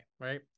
right